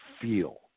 feel